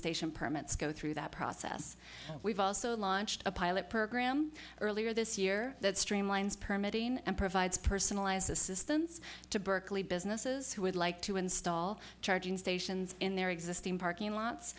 station permits go through that process we've also launched a pilot program earlier this year that streamlines permitting and provides personalized assistance to berkeley businesses who would like to install charging stations in their existing parking lots